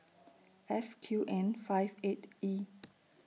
F Q N five eight E